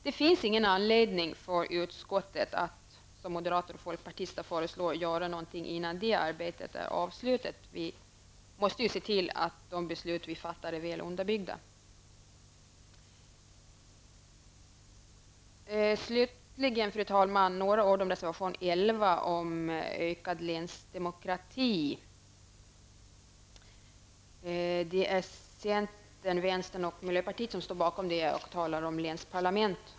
Det finns ingen anledning för utskottet att, som moderater och folkpartister föreslår, göra någonting innan det arbetet är avslutat. Vi måste ju se till att de beslut som vi fattar är väl underbyggda. Slutligen, fru talman, några ord om reservation nr 11 om ökad länsdemokrati. Det är centern, vänstern och miljöpartiet som står bakom den och som där talar om länsparlament.